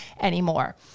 anymore